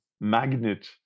magnet